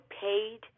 paid